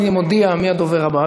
אני מודיע מי הדובר הבא,